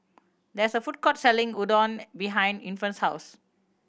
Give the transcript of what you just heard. there is a food court selling Oden behind Infant's house